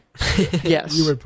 Yes